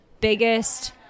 biggest